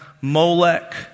Molech